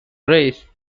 race